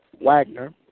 Wagner